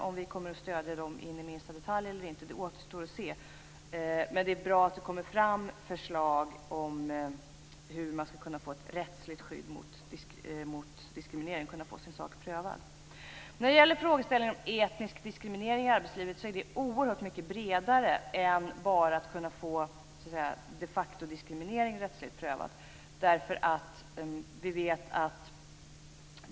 Om vi sedan stöder dem i minsta detalj eller inte återstår att se. Det är bra att det kommer förslag om hur man kan få ett rättsligt skydd mot diskriminering, om hur man kan få sin sak prövad. Frågeställningen om etnisk diskriminering i arbetslivet är oerhört mycket bredare. Det handlar inte bara om att få en de facto-diskriminering rättsligt prövad.